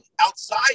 outside